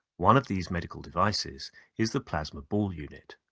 one of these medical devices is the plasma ball unit.